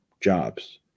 jobs